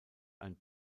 ein